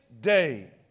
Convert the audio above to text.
day